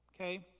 okay